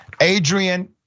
Adrian